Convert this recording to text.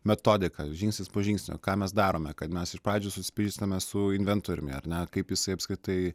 metodika žingsnis po žingsnio ką mes darome kad mes pradžioje susipažystame su inventoriumi ar ne kaip jisai apskritai